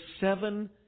seven